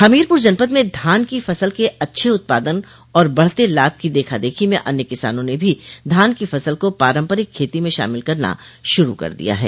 हमीरपूर जनपद में धान की फसल के अच्छे उत्पादन और बढ़ते लाभ की देखा देखी में अन्य किसानों ने भी धान की फसल को पारम्परिक खेती में शामिल करना शुरू कर दिया है